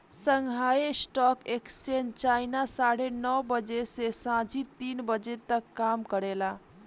Shanghai stock exchange China साढ़े नौ बजे से सांझ तीन बजे तक काम करेला